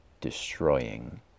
destroying